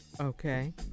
Okay